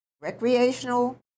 recreational